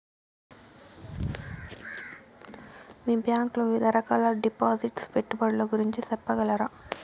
మీ bank లో వివిధ రకాల డిపాసిట్స్, పెట్టుబడుల గురించి సెప్పగలరా?